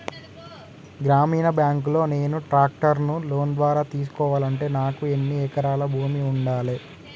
గ్రామీణ బ్యాంక్ లో నేను ట్రాక్టర్ను లోన్ ద్వారా తీసుకోవాలంటే నాకు ఎన్ని ఎకరాల భూమి ఉండాలే?